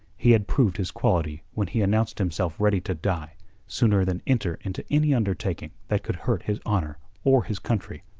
he had proved his quality when he announced himself ready to die sooner than enter into any undertaking that could hurt his honour or his country.